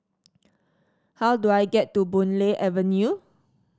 how do I get to Boon Lay Avenue